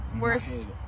Worst